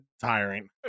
tiring